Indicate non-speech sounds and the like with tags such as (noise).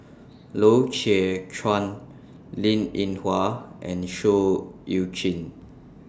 (noise) Loy Chye Chuan Linn in Hua and Seah EU Chin (noise)